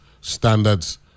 standards